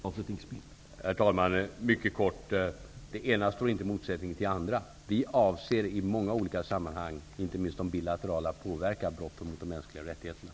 Herr talman! Låt mig säga mycket kort att det ena inte står i motsättning till det andra. Vi avser att i många olika sammanhang, inte minst de bilaterala, påverka brotten mot de mänskliga rättigheterna.